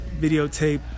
videotape